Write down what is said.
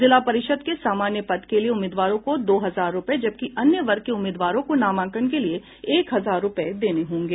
जिला परिषद के सामान्य पद के लिए उम्मीदवारों को दो हजार रूपये जबकि अन्य वर्ग के उम्मीदवारों को नामांकन के लिए एक हजार रूपये देने होंगे